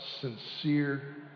sincere